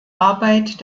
arbeit